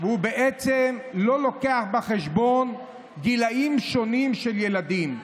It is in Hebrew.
והוא לא לוקח בחשבון גילים שונים של ילדים.